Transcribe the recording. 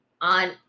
on